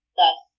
Thus